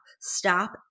stop